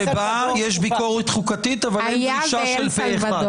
שבה יש ביקורת חוקתית, אבל אין דרישה של פה אחד?